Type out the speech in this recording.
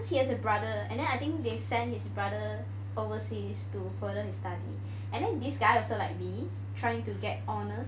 cause he has a brother and then I think they sent his brother overseas to further his study and then this guy also like me trying to get honours